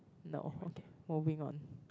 no okay moving on